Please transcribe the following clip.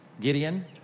Gideon